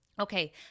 Okay